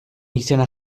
izena